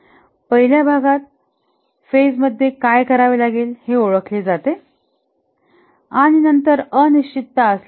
पहिल्या भागात फेज मध्ये काय करावे लागेल हे ओळखले जाते आणि नंतर काही अनिश्चितता असल्यास